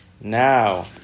now